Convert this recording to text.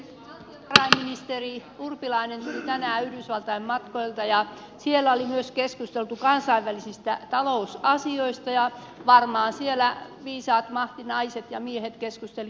valtiovarainministeri urpilainen palasi tänään yhdysvaltain matkalta ja siellä oli myös keskusteltu kansainvälisistä talousasioista ja varmaan siellä viisaat mahtinaiset ja miehet keskustelivat euroopan tulevaisuudesta